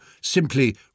simply